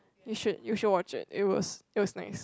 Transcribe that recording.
you should you should watch it it was it was nice